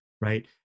right